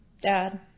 Dad